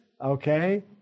okay